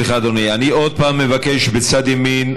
סליחה, אדוני, אני עוד פעם מבקש בצד ימין.